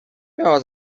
miała